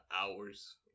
hours